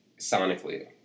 Sonically